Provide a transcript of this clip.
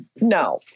no